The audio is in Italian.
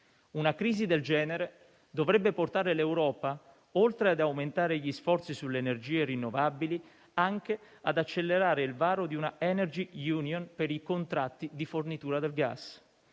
Una crisi del genere dovrebbe portare l'Europa, oltre ad aumentare gli sforzi sulle energie rinnovabili, ad accelerare il varo di una *energy union* per i contratti di fornitura del gas.